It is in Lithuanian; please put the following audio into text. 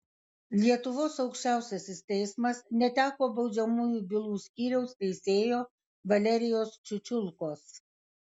lietuvos aukščiausiasis teismas neteko baudžiamųjų bylų skyriaus teisėjo valerijaus čiučiulkos